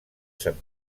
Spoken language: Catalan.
sant